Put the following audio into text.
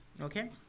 Okay